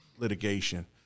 litigation